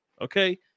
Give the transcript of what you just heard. Okay